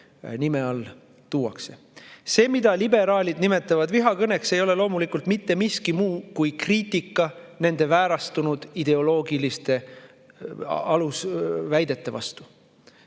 nime all tuuakse. See, mida liberaalid nimetavad vihakõneks, ei ole loomulikult mitte miski muu kui kriitika nende väärastunud ideoloogiliste alusväidete vastu.